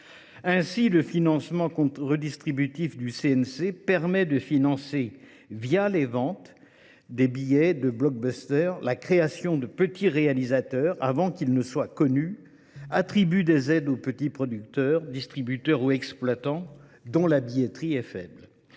Ainsi, le mécanisme de redistribution du CNC permet de financer, à partir des ventes des billets de, la création de « petits » réalisateurs avant qu’ils ne soient connus, et attribue des aides aux « petits » producteurs, distributeurs ou exploitants dont la billetterie est faible.